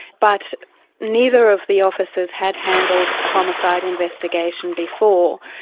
but neither of the officers had handled a homicide investigation before,